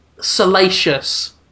salacious